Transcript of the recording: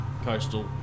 coastal